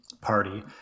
party